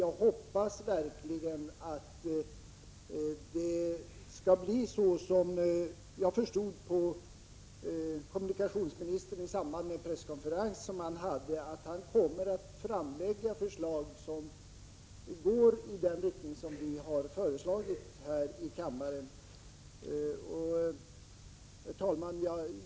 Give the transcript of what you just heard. Jag hoppas verkligen att det skall bli så som jag fattade kommunikationsministern i samband med en presskonferens som han hade, nämligen att han kommer att framlägga förslag som går i den riktning som vi har föreslagit här i kammaren. Herr talman!